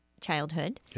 childhood